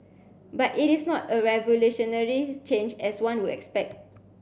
but it is not a revolutionary change as one would expect